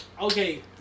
Okay